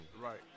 Right